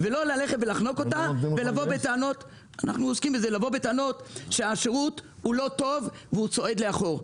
ולא לחנוק אותה ולבוא בטענות שהשירות לא טוב והוא צועד לאחור.